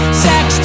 sex